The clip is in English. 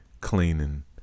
cleaning